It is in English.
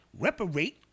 reparate